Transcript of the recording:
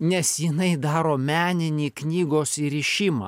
nes jinai daro meninį knygų įrišimą